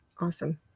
awesome